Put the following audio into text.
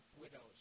widows